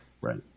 Right